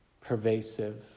pervasive